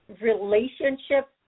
relationship